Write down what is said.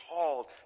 called